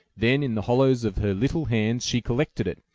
then, in the hollows of her little hands, she collected it,